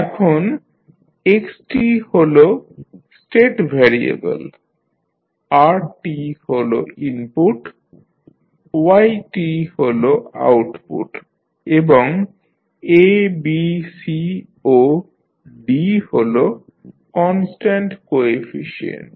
এখন x হল state variable r হল ইনপুট y হল আউটপুট এবং abc ও d হল কনস্ট্যান্ট কোএফিশিয়েন্ট